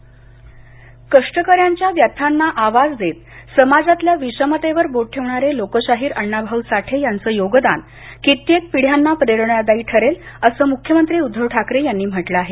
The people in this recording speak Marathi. अण्णा भाऊ कष्टकऱ्याच्या व्यथांना आवाज देत समाजातल्या विषमतेवर बोट ठेवणारे लोकशाहीर अण्णा भाऊ साठे यांचं योगदान कित्येक पिढ्यांना प्रेरणादायी ठरेल असं मुख्यमंत्री उद्धव ठाकरे यांनी म्हटलं आहे